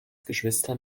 geschwistern